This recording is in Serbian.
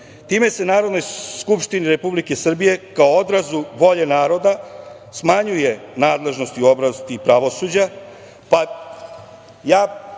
Time se Narodnoj skupštini Republike Srbije, kao odrazu volje naroda, smanjuje nadležnost u oblasti pravosuđa. Ja